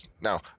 Now